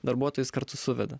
darbuotojus kartu suveda